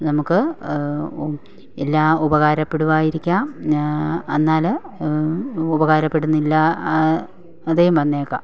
നമുക്ക് എല്ലാം ഉപകാരപ്പെടുമായിരിക്കാം എന്നാൽ ഉപകാരപ്പെടുന്നില്ലാതെയും വന്നേക്കാം